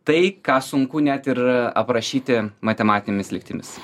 tai ką sunku net ir aprašyti matematinėmis lygtimis